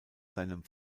seinem